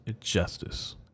justice